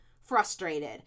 frustrated